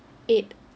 eight